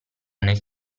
nel